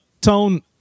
Tone